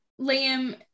Liam